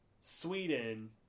Sweden